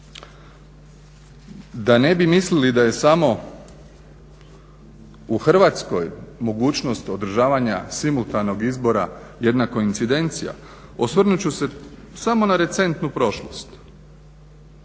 Da ne bi mislili da je samo u Hrvatskoj mogućnost održavanja simultanog izbora jedna koincidencija, osvrnut ću se samo na recentnu prošlost.